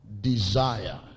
desire